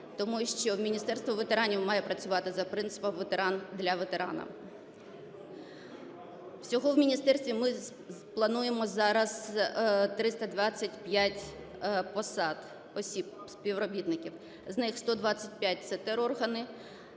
Тому що Міністерство ветеранів має працювати за принципом "ветеран для ветерана". Всього в міністерстві ми плануємо зараз 325 посад, осіб, співробітників, з них: 125 – це тероргани,